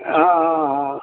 ಹಾಂ ಹಾಂ ಹಾಂ